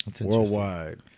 worldwide